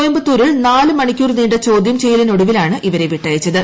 കോയമ്പത്തൂരിൽ നാല് മണിക്കൂർ നീണ്ട ചോദ്യം ചെയ്യലിനൊടുവിലാണ് ഇവരെ വിട്ടയച്ചത്